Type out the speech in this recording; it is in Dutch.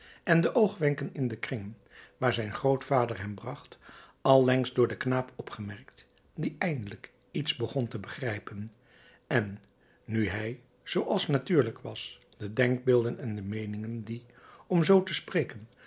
en de oogwenken in de kringen waar zijn grootvader hem bracht allengs door den knaap opgemerkt die eindelijk iets begon te begrijpen en nu hij zooals natuurlijk was de denkbeelden en meeningen die om zoo te spreken